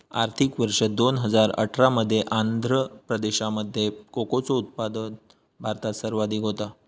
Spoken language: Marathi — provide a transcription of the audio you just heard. आर्थिक वर्ष दोन हजार अठरा मध्ये आंध्र प्रदेशामध्ये कोकोचा उत्पादन भारतात सर्वाधिक होता